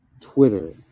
Twitter